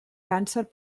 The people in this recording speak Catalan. càncer